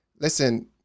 listen